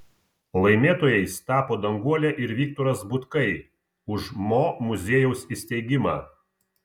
laimėtojais tapo danguolė ir viktoras butkai už mo muziejaus įsteigimą